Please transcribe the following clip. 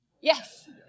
Yes